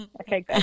Okay